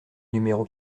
numéro